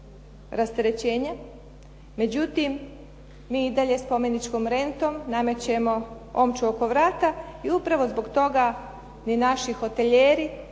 međutim mi i dalje spomeničkom rentom namećemo omču oko vrata i upravo zbog toga ni naši hotelijeri